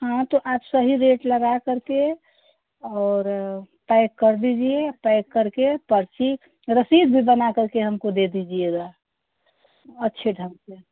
हाँ तो आप सही रेट लगाकर के और पैएक कर दीजिए पैएक कर के पर्ची रसीद भी बनाकर के हमको दे दीजिएगा अच्छे ढंग से